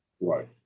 Right